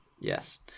yes